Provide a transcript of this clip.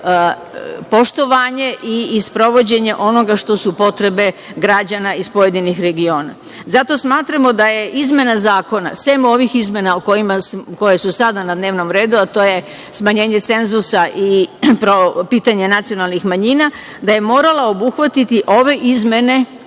poštovanje i sprovođenje onoga što su potrebe građana iz pojedinih regiona. Zato smatramo da je izmena zakona sem ovih izmena koje su sada na dnevnom redu, a to je smanjenje cenzusa i pitanje nacionalnih manjina, da je moralo obuhvatiti i ove izmene,